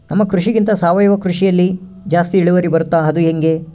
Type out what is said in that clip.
ನಮ್ಮ ಕೃಷಿಗಿಂತ ಸಾವಯವ ಕೃಷಿಯಲ್ಲಿ ಜಾಸ್ತಿ ಇಳುವರಿ ಬರುತ್ತಾ ಅದು ಹೆಂಗೆ?